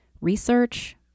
research